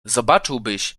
zobaczyłbyś